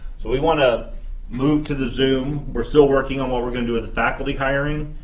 so we want to move to the zoom. we're still working on what we're going to do with faculty hiring.